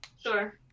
Sure